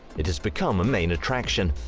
it has become a main attraction.